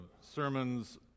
sermons